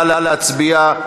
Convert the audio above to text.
נא להצביע.